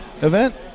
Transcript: event